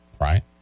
right